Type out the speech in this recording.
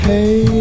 Hey